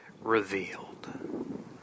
revealed